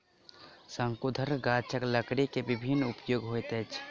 शंकुधर गाछक लकड़ी के विभिन्न उपयोग होइत अछि